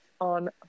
on